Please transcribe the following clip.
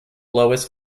blois